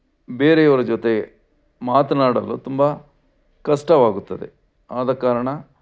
ಬೇರೆಯವರ ಜೊತೆ ಮಾತನಾಡಲು ತುಂಬ ಕಷ್ಟವಾಗುತ್ತದೆ ಆದ ಕಾರಣ